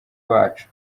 bacu